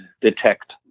detect